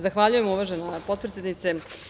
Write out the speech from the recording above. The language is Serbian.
Zahvaljujem uvažena potpredsednice.